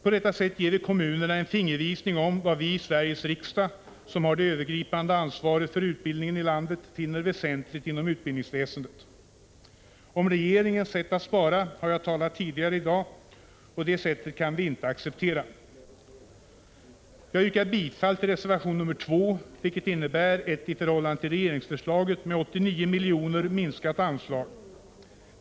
På detta sätt ger vi kommunerna en fingervisning om vad vi i Sveriges riksdag, som har det övergripande anvaret för utbildningen i landet, finner väsentligt inom utbildningsväsendet. Om regeringens sätt att spara har jag talat tidigare i dag, och det sättet kan vi inte acceptera. Jag yrkar bifall till reservation nr 2, vilken innebär ett i förhållande till regeringsförslaget med 89 milj.kr. minskat anslag.